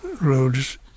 roads